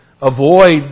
avoid